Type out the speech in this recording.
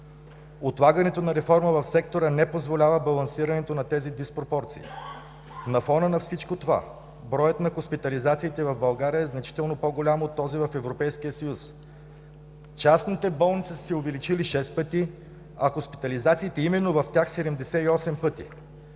Отлагането на реформа в сектора не позволява балансирането на тези диспропорции. На фона на всичко това броят на хоспитализациите в България е значително по-голям от този в Европейския съюз. Частните болници са се увеличили шест пъти, а хоспитализациите именно в тях – 78 пъти.